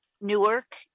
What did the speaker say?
Newark